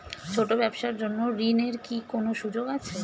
ছোট ব্যবসার জন্য ঋণ এর কি কোন সুযোগ আছে?